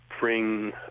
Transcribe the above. bring